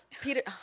Peter